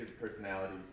personality